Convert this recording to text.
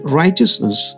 righteousness